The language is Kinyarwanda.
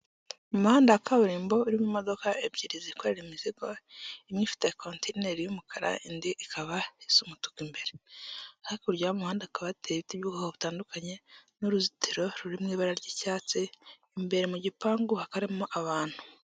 Umuhanda wa kaburimbo urimo imodoka ebyiri zikorera imizigo, imwe ifite kontineri y'umukara indi ikaba isa umutuku imbere. Hakurya y'umuhanda hakaba hateye ibiti by'ubwoko butandukanye n'uruzitiro ruri mu ibara ry'icyatsi, imbere mu gipangu hakaba harimo abantu.